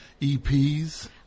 eps